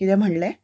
किदें म्हणलें